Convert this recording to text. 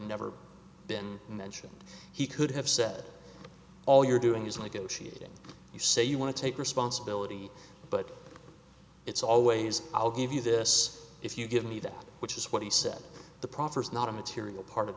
never been mentioned he could have said all you're doing is like initiating you say you want to take responsibility but it's always i'll give you this if you give me that which is what he said the proffer is not a material part of